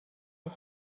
بشه